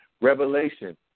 revelation